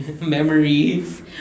Memories